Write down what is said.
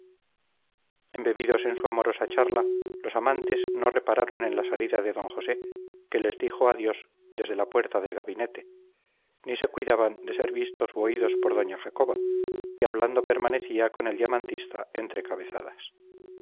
milagro embebidos en su amorosa charla los amantes no repararon en la salida de d josé que les dijo adiós desde la puerta del gabinete ni se cuidaban de ser vistos u oídos por doña jacoba que hablando permanecía con el diamantista entre cabezadas